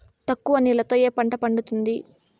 తక్కువ నీళ్లతో ఏ పంట పండుతుంది?